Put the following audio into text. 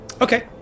Okay